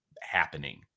happening